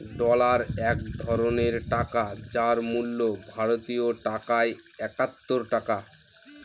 dollar এক ধরনের টাকা যার মূল্য ভারতীয় টাকায় একাত্তর টাকা